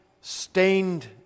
stained